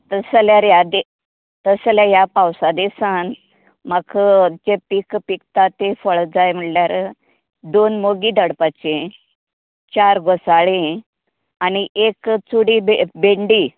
तशें जाल्यार ह्या दी तशें जाल्यार ह्या पावसा दिसांन म्हाका जे पीक पिकतात तें फळां जाय म्हणल्यार दोन मोगीं धाडपाचें चार घोसाळीं आनी एक चुडी भे भेंडी